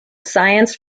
science